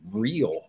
real